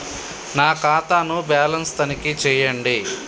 నా ఖాతా ను బ్యాలన్స్ తనిఖీ చేయండి?